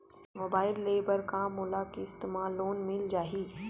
Mobile ले बर का मोला किस्त मा लोन मिल जाही?